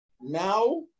now